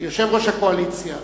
יושב-ראש הקואליציה,